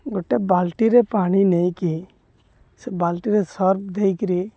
ଗୋଟେ ବାଲ୍ଟିରେ ପାଣି ନେଇକି ସେ ବାଲ୍ଟିରେ ସର୍ଫ ଦେଇକିରି